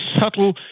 subtle